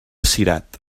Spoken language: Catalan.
cirat